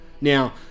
Now